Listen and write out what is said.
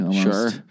Sure